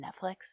Netflix